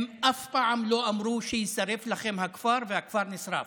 הם אף פעם לא אמרו שיישרף לכם הכפר, והכפר נשרף.